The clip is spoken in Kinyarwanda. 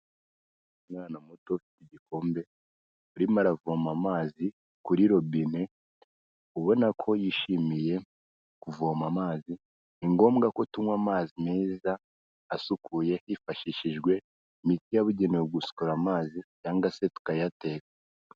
Umwana muto ufite igikombe urimo aravoma amazi kuri robine, ubona ko yishimiye kuvoma amazi ni ngombwa ko tunywa amazi meza asukuye hifashishijwe imiti yabugenewe gusukurara amazi cyangwa se tukayateka.